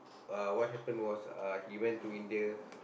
uh what happened was uh he went to India